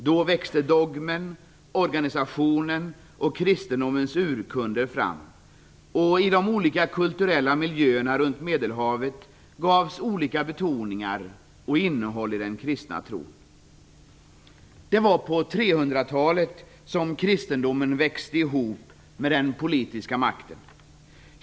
Då växte dogmen, organisationen och kristendomens urkunder fram, och i de olika kulturella miljöerna runt Medelhavet gavs olika betoningar och innehåll i den kristna tron. Det var på 300-talet som kristendomen växte ihop med den politiska makten.